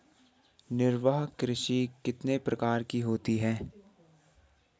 निर्वाह कृषि कितने प्रकार की होती हैं?